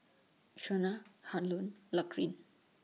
Shonna Harlon